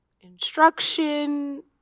instruction